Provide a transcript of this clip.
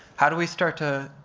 how do we start to